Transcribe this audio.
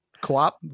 Coop